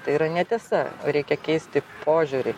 tai yra netiesa reikia keisti požiūrį